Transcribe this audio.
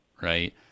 right